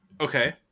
Okay